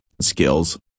skills